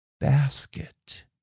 basket